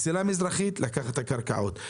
מסילה מזרחית לקחה את הקרקעות,